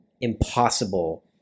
impossible